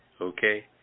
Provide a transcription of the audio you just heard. okay